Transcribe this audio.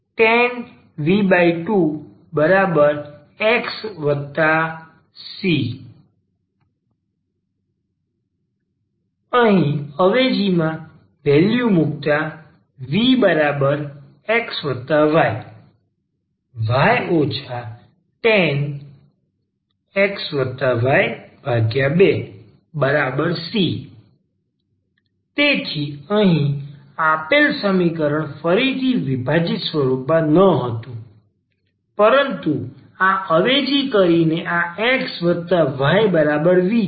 v tan v2 xc અવેજીમાં value મુકતા vxy y tan xy2 c તેથી અહીં આપેલ સમીકરણ ફરીથી વિભાજીત સ્વરૂપમાં નહોતું પરંતુ આ અવેજી કરીને આ x વત્તા y બરાબર v છે